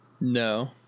no